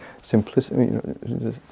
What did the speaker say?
simplicity